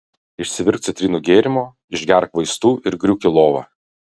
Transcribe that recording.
išsivirk citrinų gėrimo išgerk vaistų ir griūk į lovą